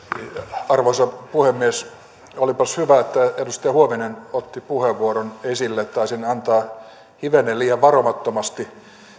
arvoisa puhemies olipas hyvä että edustaja huovinen otti tuon puheenvuoron esille taisin antaa hivenen liian varomattomasti